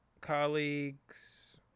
colleagues